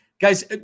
guys